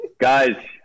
Guys